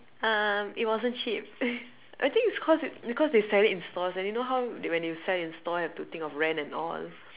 um it wasn't cheap I think it's cause because they sell it in stores you know how when you sell in stores have to think of rent and all